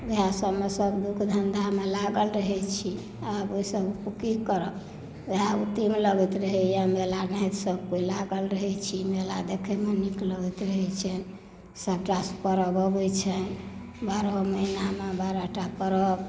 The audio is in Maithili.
वएह सभमे सभ लोक धंद्यामे लागल रहै छी आब ओहि सभ की करब वएह उत्तम लगैत रहैया मेला जायमे सभ केओ लागल रहल छी मेला देखैमे नीक लगै रहैत छनि सभटा परब अबै छनि बारह महिनामे बारहटा परब